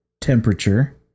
temperature